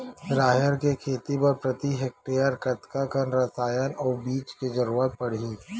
राहेर के खेती बर प्रति हेक्टेयर कतका कन रसायन अउ बीज के जरूरत पड़ही?